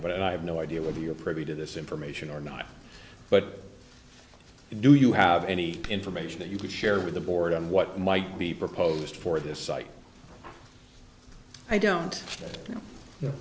of it and i have no idea whether you're privy to this information or not but do you have any information that you could share with the board on what might be proposed for this site i don't know